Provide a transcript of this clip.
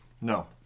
No